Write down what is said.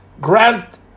grant